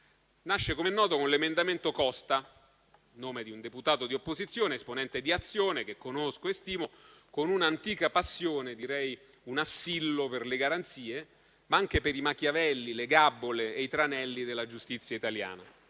presentato dall'onorevole Costa, nome di un deputato di opposizione, esponente di Azione che conosco e stimo, con un'antica passione - direi un assillo - per le garanzie, ma anche per i Machiavelli, le gabole e i tranelli della giustizia italiana;